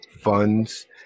funds